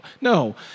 No